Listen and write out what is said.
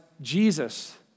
Jesus